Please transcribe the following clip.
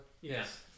Yes